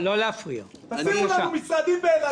תשימו לנו משרדים באילת,